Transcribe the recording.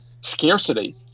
scarcity